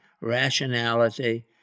rationality